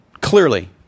Clearly